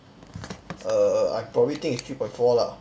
err I probably think is three point four lah